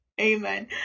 amen